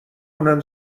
اونم